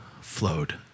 flowed